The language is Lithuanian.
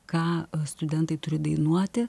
ką studentai turi dainuoti